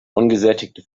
ungesättigte